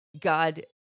God